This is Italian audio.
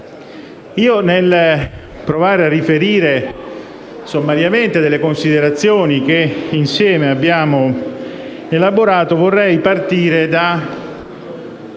Nel provare a riferire sommariamente le considerazioni che insieme abbiamo elaborato, vorrei partire da